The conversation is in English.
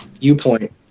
viewpoint